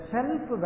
Self